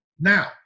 Now